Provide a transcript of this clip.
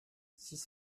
six